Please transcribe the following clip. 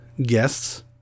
guests